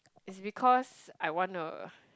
it's because I want a